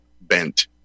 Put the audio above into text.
bent